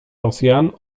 rosjan